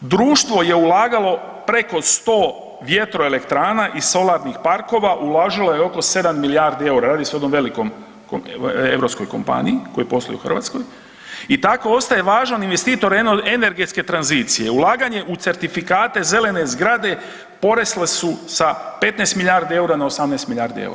Društvo je ulagalo preko 100 vjetroelektrana i solarnih parkova, uložilo je oko 7 milijardi eura, radi se o jednom velikoj europskoj kompaniji koji posluje u Hrvatskoj i tako ostaje važan investitor energetske tranzicije, ulaganje u certifikate zelene zgrade porasle su sa 15 milijardi eura na 18 milijardi eura.